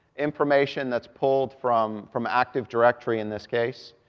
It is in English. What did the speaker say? information that's pulled from from active directory in this case,